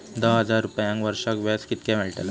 दहा हजार रुपयांक वर्षाक व्याज कितक्या मेलताला?